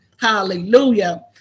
hallelujah